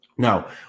Now